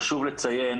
חשוב לציין